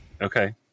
Okay